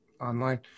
online